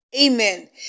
Amen